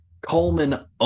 Coleman